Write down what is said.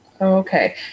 Okay